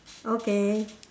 okay